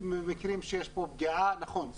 במקרים שיש פגיעה נכון,